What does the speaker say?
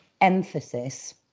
emphasis